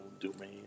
domain